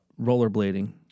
rollerblading